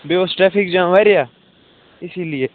بیٚیہِ اوس traffic jam واریاہ اسی لیے